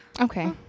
Okay